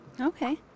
Okay